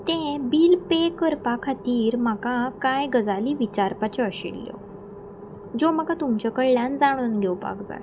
तें bill pay करपा खातीर म्हाका कांय गजाली विचारपाच्यो आशिल्ल्यो ज्यो म्हाका तुमचे कडल्यान जाणून घेवपाक जाय